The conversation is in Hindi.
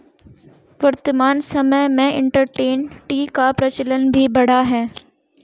वर्तमान समय में इंसटैंट टी का प्रचलन भी बढ़ा है